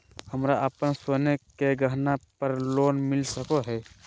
हमरा अप्पन सोने के गहनबा पर लोन मिल सको हइ?